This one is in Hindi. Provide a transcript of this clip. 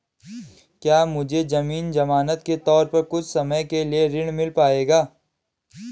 क्या मुझे ज़मीन ज़मानत के तौर पर कुछ समय के लिए ऋण मिल पाएगा?